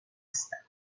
هستم